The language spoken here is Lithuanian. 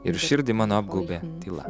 ir širdį mano apgaubė tyla